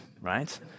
right